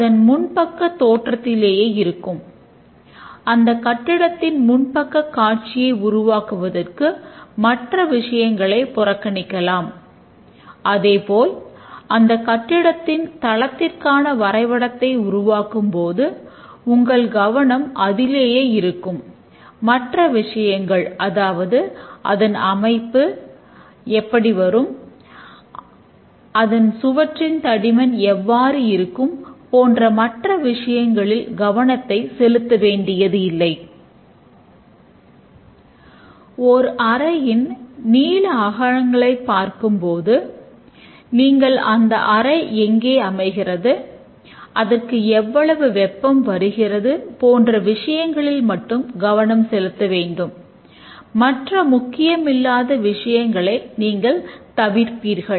நாம் சிலவற்றை மிக எளிமையாக செய்யத் தொடங்கி பிறகு மெதுவாக அதிக விளக்கங்களை சேர்க்கிறோம்